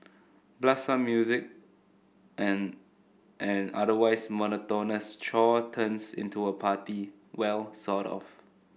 blast some music and an otherwise monotonous chore turns into a party well sort of